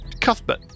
Cuthbert